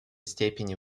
степени